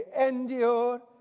endure